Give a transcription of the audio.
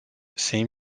seem